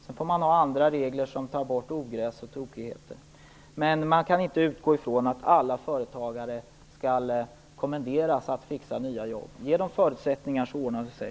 Sedan får man ha andra regler som tar bort ogräs och tokigheter. Men man kan inte utgå ifrån att alla företagare skall kommenderas att ordna nya jobb. Ge dem förutsättningar, så ordnar det sig.